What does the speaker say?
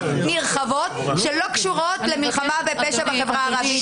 נרחבות שלא קשורות למלחמה בפשע בחברה הערבית.